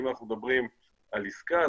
אם אנחנו מדברים על עסקה,